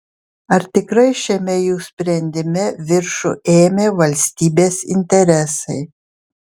ar tikrai šiame jų sprendime viršų ėmė valstybės interesai